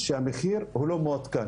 שהמחיר לא מעודכן.